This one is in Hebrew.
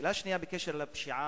השאלה השנייה היא בעניין הפשיעה,